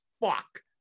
fuck